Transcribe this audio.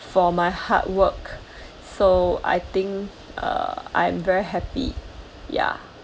for my hard work so I think uh I'm very happy ya